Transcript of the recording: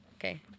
Okay